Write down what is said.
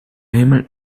himmel